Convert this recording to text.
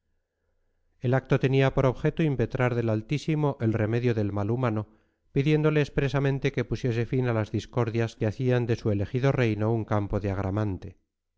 el acto tenía por objeto impetrar del altísimo el remedio del mal humano pidiéndole expresamente que pusiese fin a las discordias que hacían de su elegido reino un campo